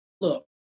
look